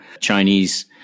Chinese